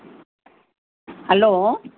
hello